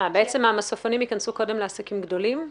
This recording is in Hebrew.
בעצם המסופונים ייכנסו קודם לעסקים גדולים?